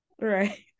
Right